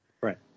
right